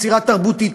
יצירה תרבותית,